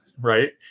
Right